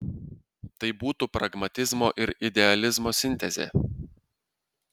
tai būtų pragmatizmo ir idealizmo sintezė